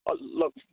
Look